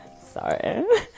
Sorry